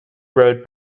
road